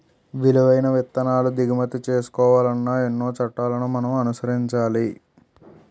విలువైన విత్తనాలు దిగుమతి చేసుకోవాలన్నా ఎన్నో చట్టాలను మనం అనుసరించాలి